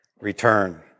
return